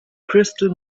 crystal